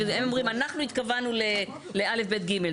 הם אומרים אנחנו התכוונו ל-א', ב', ג'.